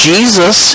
Jesus